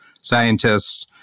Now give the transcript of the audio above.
scientists